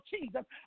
Jesus